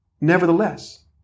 Nevertheless